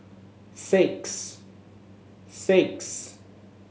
six six